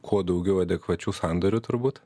kuo daugiau adekvačių sandorių turbūt